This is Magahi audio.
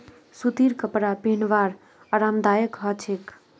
सूतीर कपरा पिहनवार आरामदायक ह छेक